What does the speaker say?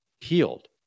healed